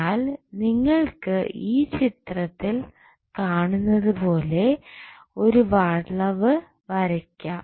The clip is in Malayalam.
എന്നാൽ നിങ്ങൾക്ക് ഈ ചിത്രത്തിൽ കാണുന്നതുപോലെ ഒരു വളവ് വരയ്ക്കാം